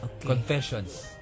Confessions